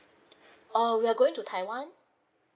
uh we are going to taiwan